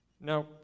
Now